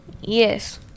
Yes